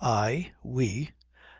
i we